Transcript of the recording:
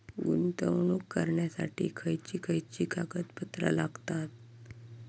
गुंतवणूक करण्यासाठी खयची खयची कागदपत्रा लागतात?